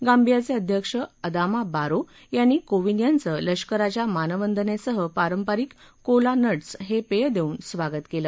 गांबियाचे अध्यक्ष Adama Barrow यांनी कोविंद यांचं लष्कराच्या मानवंदनेसह पारंपारिक कोला नट्स हे पेय देवून त्यांचं स्वागत केलं